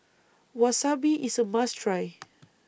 Wasabi IS A must Try